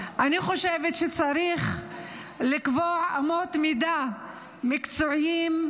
שצריך לקבוע אמות מידה מקצועיות,